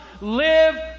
Live